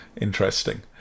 Interesting